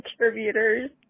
contributors